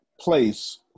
place